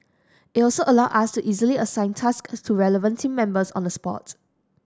it also allow us to easily assign tasks to relevant team members on the spot